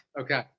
Okay